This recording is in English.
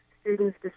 Students